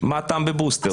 מה הטעם בבוסטר?